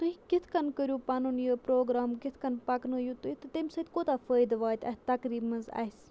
تُہۍ کِتھ کٔنۍ کٔرِو پَنُن یہِ پروگرام کِتھ کٔنۍ پکنٲیِو تُہۍ تَمہِ سۭتۍ کوٗتاہ فٲیدٕ واتہِ اَتھ تقریٖب منٛز آسہِ